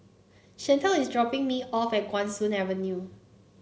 Shantell is dropping me off at Guan Soon Avenue